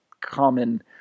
common